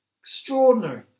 Extraordinary